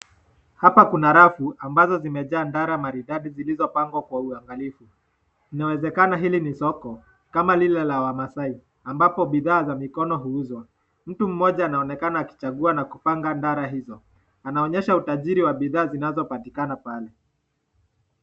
Hapa kuna rafu ambazo zimejaa ndara maridadi zilizopangwa kwa uangalifu. Inawezekana hili ni soko kama lile la Wamaasai ambapo bidhaa za mikono huuzwa. Mtu mmoja anaonekana akichagua na kupanga ndara hizo. Anaonyesha utajiri wa bidhaa zinazopatikana pale.